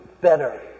better